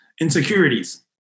Insecurities